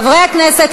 חברי הכנסת,